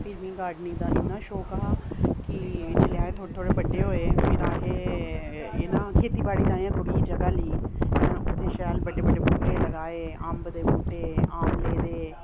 फिर मी गार्डनिंग दा इन्ना शौक हा कि जेल्लै अस थोह्ड़े थोह्ड़े बड्डे होए फिर अहें ना खेतीबाड़ी ताईं ना थोह्ड़ी जगह् लेई हैं उत्थै शैल बड्डे बड्डे बूह्टे लगाए अंब दे बूह्टे आमले दे